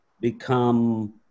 become